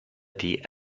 die